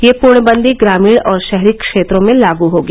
यह पूर्णबंदी ग्रामीण और शहरी क्षेत्रों में लागू होगी